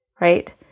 right